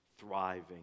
Thriving